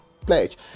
pledge